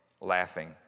laughing